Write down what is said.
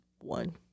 one